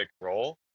role